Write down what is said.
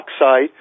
oxide